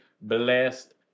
blessed